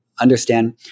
understand